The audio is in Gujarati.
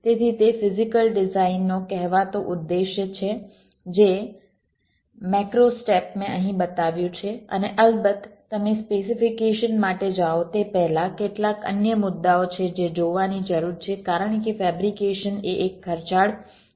તેથી તે ફિઝીકલ ડિઝાઇનનો કહેવાતો ઉદ્દેશ્ય છે જે મેક્રો સ્ટેપ મેં અહીં બતાવ્યું છે અને અલબત્ત તમે ફેબ્રિકેશન માટે જાઓ તે પહેલાં કેટલાક અન્ય મુદ્દાઓ છે જે જોવાની જરૂર છે કારણ કે ફેબ્રિકેશન એ એક ખર્ચાળ પગલું છે